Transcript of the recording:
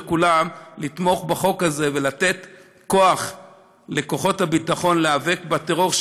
לכולם לתמוך בחוק הזה ולתת כוח לכוחות הביטחון להיאבק בטרור,